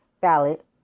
ballot